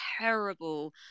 terrible